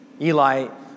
Eli